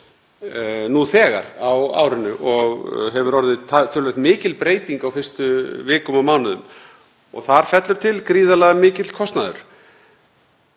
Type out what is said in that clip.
nú þegar á árinu og hefur orðið töluvert mikil breyting á fyrstu vikum og mánuðum. Þar fellur til gríðarlega mikill kostnaður.